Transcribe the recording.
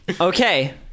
Okay